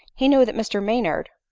he knew that mr maynard,